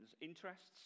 interests